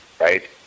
right